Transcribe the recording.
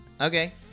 Okay